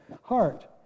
heart